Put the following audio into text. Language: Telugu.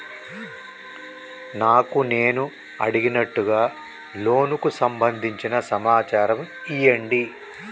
నాకు నేను అడిగినట్టుగా లోనుకు సంబందించిన సమాచారం ఇయ్యండి?